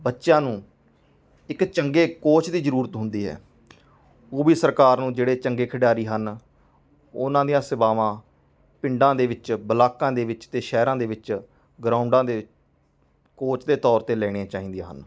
ਬੱਚਿਆਂ ਨੂੰ ਇੱਕ ਚੰਗੇ ਕੋਚ ਦੀ ਜ਼ਰੂਰਤ ਹੁੰਦੀ ਹੈ ਉਹ ਵੀ ਸਰਕਾਰ ਨੂੰ ਜਿਹੜੇ ਚੰਗੇ ਖਿਡਾਰੀ ਹਨ ਉਹਨਾਂ ਦੀਆਂ ਸੇਵਾਵਾਂ ਪਿੰਡਾਂ ਦੇ ਵਿੱਚ ਬਲਾਕਾਂ ਦੇ ਵਿੱਚ ਅਤੇ ਸ਼ਹਿਰਾਂ ਦੇ ਵਿੱਚ ਗਰਾਊਂਡਾਂ ਦੇ ਕੋਚ ਦੇ ਤੌਰ 'ਤੇ ਲੈਣੀਆਂ ਚਾਹੀਦੀਆਂ ਹਨ